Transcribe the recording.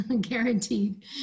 guaranteed